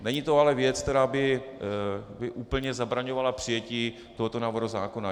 Není to ale věc, která by úplně zabraňovala přijetí tohoto návrhu zákona.